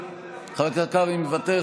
מוותר,